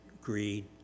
greed